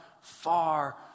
far